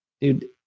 Dude